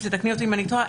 ותקני אותי אם אני טועה,